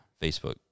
Facebook